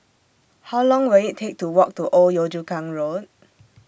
How Long Will IT Take to Walk to Old Yio Chu Kang Road